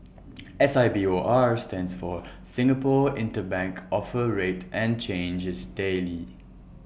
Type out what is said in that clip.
S I B O R stands for Singapore interbank offer rate and changes daily